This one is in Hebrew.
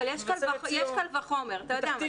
יש קל וחומר, אתה יודע.